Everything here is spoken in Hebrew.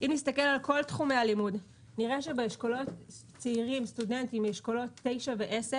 אם נסתכל על כל תחומי הלימוד נראה שבאשכולות 9 ו-10